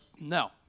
No